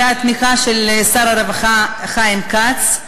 ועל התמיכה של שר הרווחה חיים כץ,